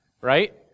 right